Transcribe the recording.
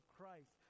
Christ